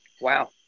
Wow